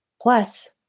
Plus